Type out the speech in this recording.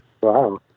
Wow